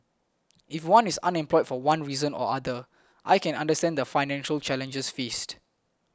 if one is unemployed for one reason or other I can understand the financial challenges faced